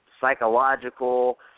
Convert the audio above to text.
psychological